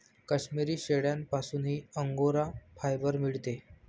काश्मिरी शेळ्यांपासूनही angora fibre मिळते